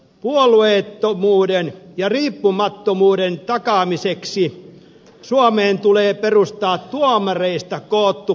puolueettomuuden ja riippumattomuuden takaamiseksi suomeen tulee perustaa tuomareista koottu perustuslakituomioistuin